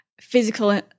physical